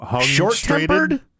short-tempered